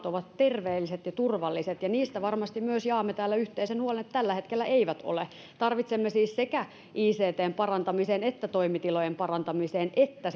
ovat terveelliset ja turvalliset ja niistä varmasti myös jaamme täällä yhteisen huolen että tällä hetkellä eivät ole tarvitsemme siis sekä ictn parantamisen että toimitilojen parantamisen että